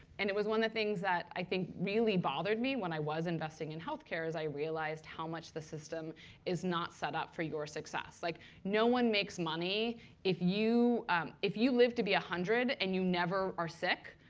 and it was one of the things that i think really bothered me when i was investing in health care is i realized how much the system is not set up for your success. like no one makes money if you if you live to be one hundred and you never are sick,